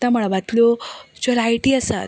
उकत्या मळबांतल्यो ज्यो लायटी आसात